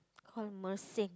call Mersing